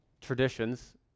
traditions